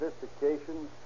sophistication